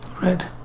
Red